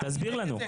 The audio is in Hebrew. תסביר לנו.